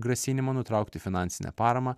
grasinimą nutraukti finansinę paramą